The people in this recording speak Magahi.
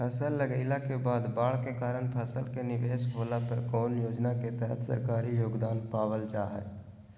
फसल लगाईला के बाद बाढ़ के कारण फसल के निवेस होला पर कौन योजना के तहत सरकारी योगदान पाबल जा हय?